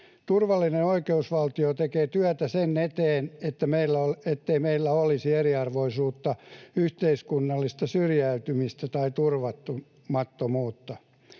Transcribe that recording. Turvallinen oikeusvaltio tekee työtä sen eteen, ettei meillä olisi eriarvoisuutta, yhteiskunnallista syrjäytymistä tai turvattomuutta.